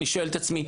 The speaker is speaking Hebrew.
אני שואל את עצמי,